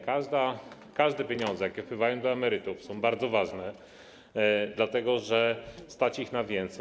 Każde pieniądze, jakie wpływają do emerytów, są bardzo ważne, dlatego że stać ich na więcej.